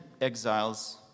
exiles